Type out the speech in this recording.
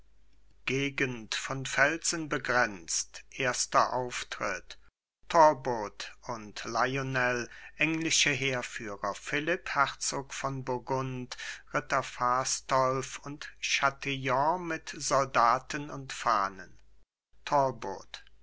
gegend von felsen begrenzt erster auftritt talbot und lionel englische heerführer philipp herzog von burgund ritter fastolf und chatillon mit soldaten und fahnen talbot